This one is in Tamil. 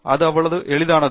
அது அவ்வளவு எளிதானது